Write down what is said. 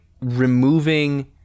removing